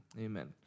Amen